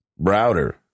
Browder